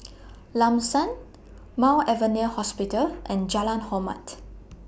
Lam San Mount Alvernia Hospital and Jalan Hormat